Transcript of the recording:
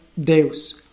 Deus